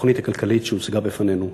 התוכנית הכלכלית שהוצגה בפנינו.